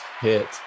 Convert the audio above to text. hit